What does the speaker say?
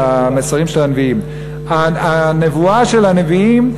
על המסרים של הנביאים, הנבואה של הנביאים.